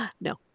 no